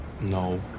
No